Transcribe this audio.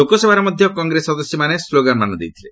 ଲୋକସଭାରେ ମଧ୍ୟ କଂଗ୍ରେସ ସଦସ୍ୟମାନେ ସ୍ଲୋଗାନମାନ ଦେଇଥିଲେ